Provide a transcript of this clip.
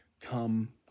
come